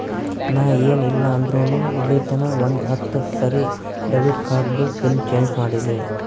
ನಾ ಏನ್ ಇಲ್ಲ ಅಂದುರ್ನು ಇಲ್ಲಿತನಾ ಒಂದ್ ಹತ್ತ ಸರಿ ಡೆಬಿಟ್ ಕಾರ್ಡ್ದು ಪಿನ್ ಚೇಂಜ್ ಮಾಡಿನಿ